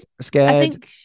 scared